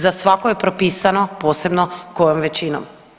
Za svako je propisano posebno kojom većinom.